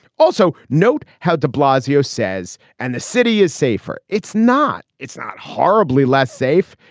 also note how de blasio says and the city is safer. it's not it's not horribly less safe.